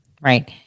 right